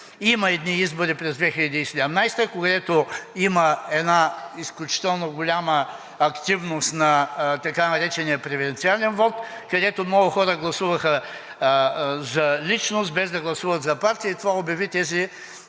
Има едни избори през 2017 г., където има една изключително голяма активност на така наречения преференциален вот, където много хора гласуваха за личност, без да гласуват за партия,